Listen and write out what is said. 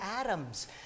Adams